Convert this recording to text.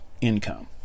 income